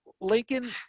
Lincoln